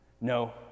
No